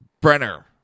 Brenner